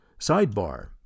Sidebar